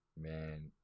man